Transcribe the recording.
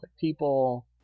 people